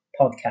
podcast